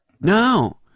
No